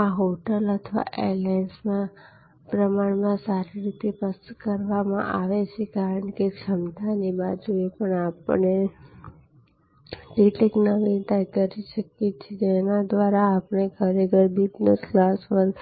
આ હોટલ અથવા એરલાઇન્સમાં પ્રમાણમાં સારી રીતે કરવામાં આવે છે કારણ કે ક્ષમતાની બાજુએ પણ આપણે કેટલીક નવીનતા કરી શકીએ છીએ જેના દ્વારા આપણે ખરેખર બિઝનેસ ક્લાસ વર્ગ